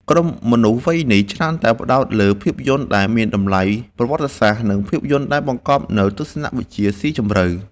ក្រុមមនុស្សវ័យនេះ ច្រើនតែផ្ដោតលើភាពយន្តដែលមានតម្លៃប្រវត្តិសាស្ត្រ និងភាពយន្តដែលបង្កប់នូវទស្សនវិជ្ជាជីវិតស៊ីជម្រៅ។